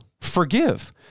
forgive